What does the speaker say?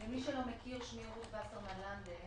למי שלא מכיר, שמי רות וסרמן לנדה.